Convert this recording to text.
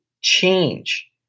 change